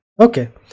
okay